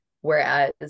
Whereas